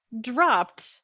dropped